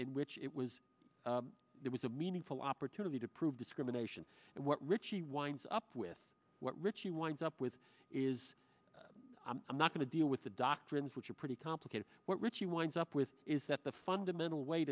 in which it was there was a meaningful opportunity to prove discrimination what richie winds up with what richie winds up with is i'm not going to deal with the doctrines which are pretty complicated what ritchie winds up with is that the fundamental way